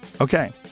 Okay